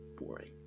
boring